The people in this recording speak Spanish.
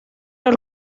del